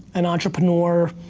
an entrepreneur,